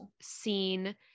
seen